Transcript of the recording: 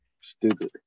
stupid